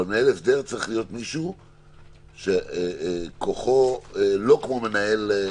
אבל מנהל הסדר צריך להיות מישהו שכוחו לא כמו נאמן.